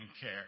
care